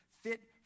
fit